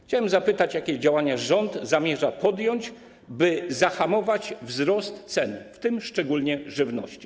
Chciałbym zapytać, jakie działania rząd zamierza podjąć, by zahamować wzrost cen, w tym szczególnie żywności.